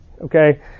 okay